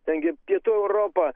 ten gi pietų europa